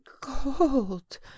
cold